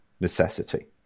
necessity